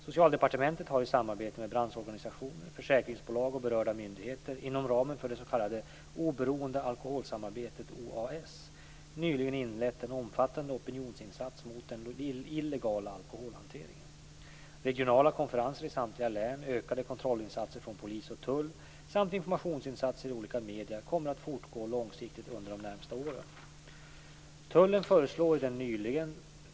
Socialdepartementet har i samarbete med branschorganisationer, försäkringsbolag och berörda myndigheter inom ramen för det s.k. Oberoende Alkoholsamarbetet - OAS - nyligen inlett en omfattande opinionsinsats mot den illegala alkoholhanteringen. Regionala konferenser i samtliga län, ökade kontrollinsatser från polis och tull samt informationsinsatser i olika medier kommer att fortgå långsiktigt under de närmaste åren.